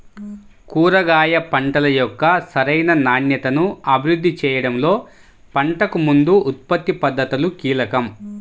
కూరగాయ పంటల యొక్క సరైన నాణ్యతను అభివృద్ధి చేయడంలో పంటకు ముందు ఉత్పత్తి పద్ధతులు కీలకం